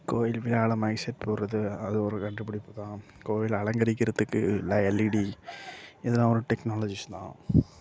கோயில் விழாவில mic set போடுறது அது ஒரு கண்டுபிடிப்பு தான் கோவில் அலங்கரிக்குறதுக்கு எல்இடி இதெல்லாம் ஒரு டெக்னாலஜிஸ் தான்